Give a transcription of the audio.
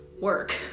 work